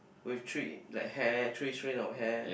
with three like hair three strain of hair